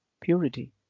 purity